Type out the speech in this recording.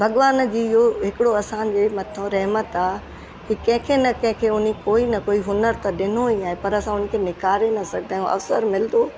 भॻवान जी इहो हिकिड़ो असांजे मथां रहमत आहे की कंहिंखे न कंहिंखे उन कोई न कोई हुनरु त ॾिनो ई आहे पर असां उन खे निख़ारे न सघंदा आहियूं अवसरु मिलंदो